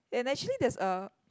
and actually there's a